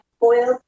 boiled